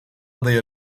aday